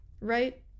right